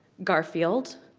garfield,